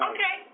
Okay